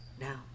Now